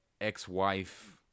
ex-wife